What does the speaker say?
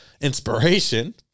inspiration